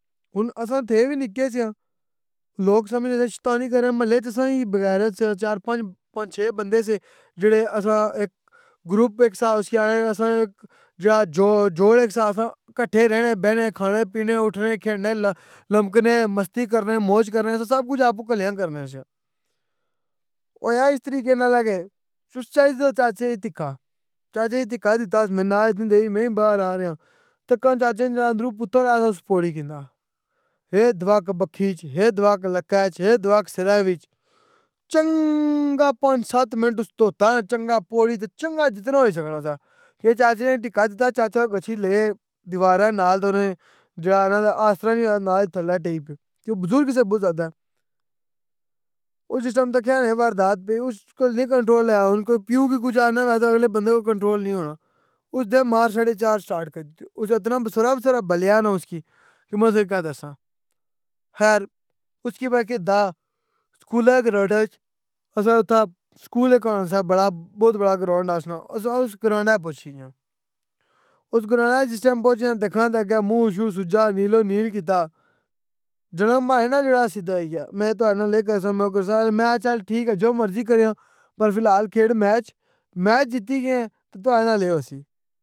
ہن اساں تھے وی نکے سیاں۔ لوک سمجھنے اے شیطانی کرنے محلّے اساں کی بغیرت سے چار پانچ پانچ چھ بندے سہ جیڑے اساں اِک گرپ اِک سہ اُسکی آنے اساں اِک جیڑا جو اِک ساتھ کٹھے رہنے بینے کھانے پینے اُٹھنے کھیڈنے لمکنے مستی کرنے موج کرنے اے سب کج آپوکلیاں کرنے۔ او ایس طریقے نال اے کہ تُسی چائی گینو چاچے کی دھکّا, چاچے کی دھکّا دِتّاس انی دیر اچ میں وی باہر آ ریاں, تکاں چاچے نا جیڑا اندروں پُترآیا سہ اُس پھوڑی کننا۔ ہے دوا کہ بکھی اچ ہے دوا کہ لکاں اچ ہے دوا کہ سراں وچ۔ چنگا پانچ سات منٹ اُس دھوتا یا چنگا پوڑی تہ چنگا جتنا ہوئی سکنا سہ۔ فر چاچے نے دھکّا دِتّا چاچا گچھی لے دیوارا نال تنے جیڑا اے نہ آستہ نال تھلے ڈھئی پے, کیوں کہ بُزرگ سہ بہت ذیادہ۔ او جِس ٹیم تکیا اے واردات پے اُس کول نی کنٹرول ہویا ہن کوئی پیوکی کش آخنے اگلے بندے کول کنٹرول نی ہونا۔ اُس دے مار ساڑے چار سٹارٹ کری چھوڑی۔ اُس اتنا بیسورا بیسورا بلیا نا اُسکی کہ میں تُساں کی کہ دساں۔ خیر, اُسکی میں اسکولاۓ گراونڈا اچ۔ اساں نا اتھا اسکول ایک ہونا سہ بڑا بہت بڑا گراؤنڈ اشنا اساں اُس گراؤنڈا اچ پہنچی گیاں، اُس گراؤنڈا اچ جِس ٹیم پہنچیاں دیکھنا تہ اگّے موں شو سجّا نیل و نیل کیتا, جیڑا ماڑے نال وی او سدّا ہوئی گیا, میں تاڑے نال اے کرساں میں غصہ ہویا تہ میں اخیا چل ٹھیک اے جو مرضی کریاں پر فلحال کھیڈ میچ, میچ جتّی گئے تہ تاڑے نال اے ہوسی.